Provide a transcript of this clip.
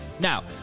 Now